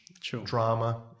drama